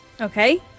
Okay